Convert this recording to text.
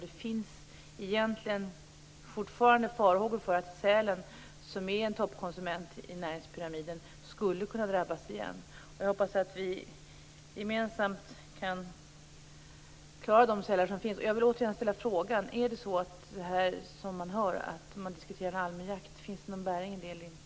Det finns egentligen fortfarande farhågor för att sälen, som är en toppkonsument i näringspyramiden, skulle kunna drabbas igen. Jag hoppas att vi gemensamt kan klara de sälar som finns. Jag vill återigen ställa frågan: Finns det någon bäring i det man hör om att det diskuteras en allmän jakt?